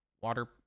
Water